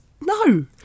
No